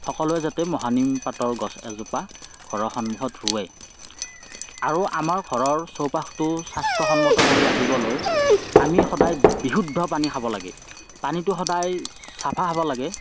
সকলোৱে যাতে মহানিম পাতৰ গছ এজোপা ঘৰৰ সন্মুখত ৰোৱে আৰু আমাৰ ঘৰৰ চৌপাশটো স্বাস্থ্যসন্মত কৰি ৰাখিবলৈ আমি সদায় বিশুদ্ধ পানী খাব লাগে পানীটো সদায় চাফা হ'ব লাগে